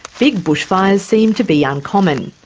big bushfires seem to be uncommon.